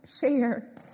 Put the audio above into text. share